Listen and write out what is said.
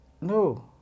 No